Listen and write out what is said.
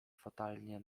fatalnie